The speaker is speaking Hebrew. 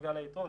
בנוגע ליתרות,